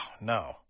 no